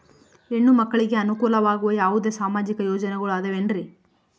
ಹೆಣ್ಣು ಮಕ್ಕಳಿಗೆ ಅನುಕೂಲವಾಗುವ ಯಾವುದೇ ಸಾಮಾಜಿಕ ಯೋಜನೆಗಳು ಅದವೇನ್ರಿ?